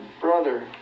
brother